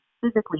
physically